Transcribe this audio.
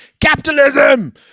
capitalism